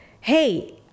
hey